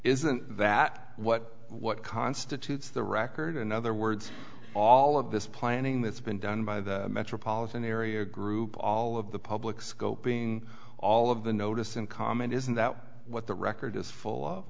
isn't that what what constitutes the record in other words all of this planning that's been done by the metropolitan area group all of the public scoping all of the notice and comment isn't that what the record is full of